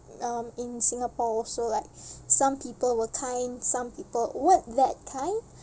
um in Singapore also like some people were kind some people weren't that kind